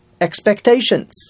expectations